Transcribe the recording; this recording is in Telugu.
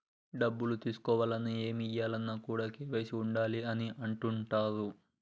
డబ్బులు తీసుకోవాలన్న, ఏయాలన్న కూడా కేవైసీ ఉండాలి అని అంటుంటరు